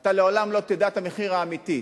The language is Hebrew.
אתה לעולם לא תדע את המחיר האמיתי,